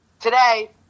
today